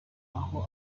aho